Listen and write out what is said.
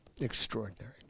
Extraordinary